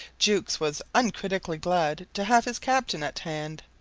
jukes was uncritically glad to have his captain at hand.